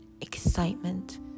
excitement